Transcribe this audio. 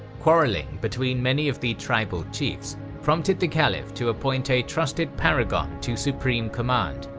quarreling between many of the tribal chiefs prompted the caliph to appoint a trusted paragon to supreme command,